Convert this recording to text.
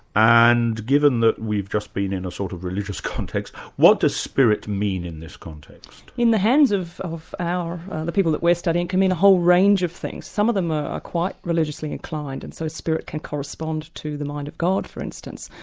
and given that we've just been in a sort of religious context, what does spirit mean in this context? in the hands of of the people that we're studying, it can mean a whole range of things. some of them are quite religiously inclined, and so spirit can correspond to the mind of god, for instance.